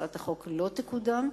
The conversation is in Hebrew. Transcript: הצעת החוק לא תקודם,